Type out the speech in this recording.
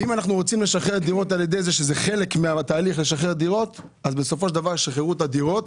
אם אנחנו רוצים לשחרר דירות על ידי זה שבסופו של דבר ישחררו את הדירות